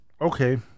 Okay